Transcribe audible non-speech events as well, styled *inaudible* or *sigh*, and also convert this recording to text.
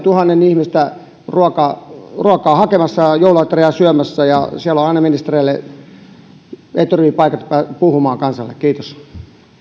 *unintelligible* tuhannen ihmistä ruokaa ruokaa hakemassa ja jouluateriaa syömässä ja siellä on aina ministereille eturivin paikat päästä puhumaan kansalle kiitos